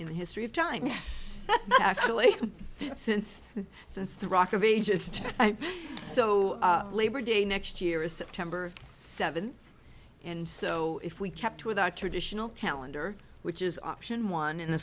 in the history of time actually since this is the rock of ages to so labor day next year is september seventh and so if we kept with our traditional calendar which is option one in the